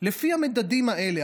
לפי המדדים האלה.